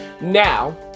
Now